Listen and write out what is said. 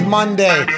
Monday